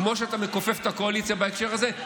כמו שאתה מכופף את הקואליציה בהקשר הזה,